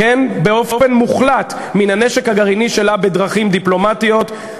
באופן מוחלט מן הנשק הגרעיני שלה בדרכים דיפלומטיות,